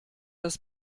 das